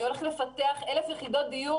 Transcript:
הוא אומר שהוא עומד לפתח 1,000 יחידות דיור